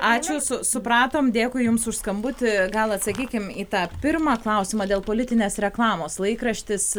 ačiū su supratom dėkui jums už skambutį gal atsakykim į tą pirmą klausimą dėl politinės reklamos laikraštis